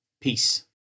Peace